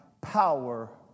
power